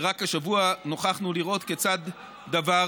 ורק השבוע נוכחנו לראות כיצד הדבר